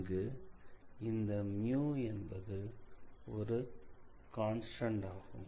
இங்கு இந்த என்பது ஒரு கான்ஸ்டன்ட் ஆகும்